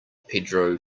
pedro